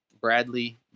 Bradley